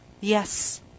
Yes